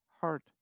heart